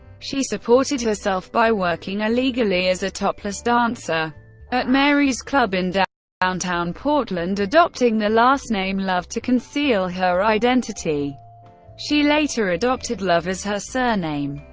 she supported herself by working illegally as a topless dancer at mary's club in and downtown portland adopting the last name love to conceal her identity she later adopted love as her surname.